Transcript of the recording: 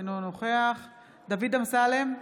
אינו נוכח דוד אמסלם,